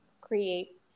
create